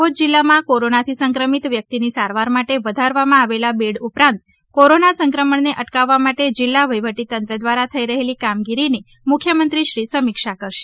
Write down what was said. દાહોદ જિલ્લામાં કોરોનાથી સંક્રમિત વ્યક્તિની સારવાર માટે વધારવામાં આવેલા બેડ ઉપરાંત કોરોના સંક્રમણને અટકાવવા માટે જિલ્લા વહીવટી તંત્ર દ્વારા થઇ રહેલી કામગીરીની મુખ્યમંત્રીશ્રી સમીક્ષા કરશે